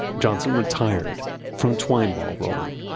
johnson retired from twine ball rolling.